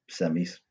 semis